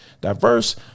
diverse